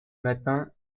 matins